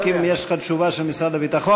אולי תבדוק אם יש לך תשובה של משרד הביטחון.